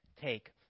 take